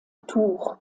tours